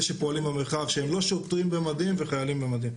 שפועלים במרחב שהם לא שוטרים במדים וחיילים במדים.